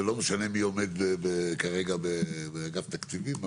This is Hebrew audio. ולא משנה מי עומד כרגע באגף תקציבים,